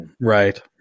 Right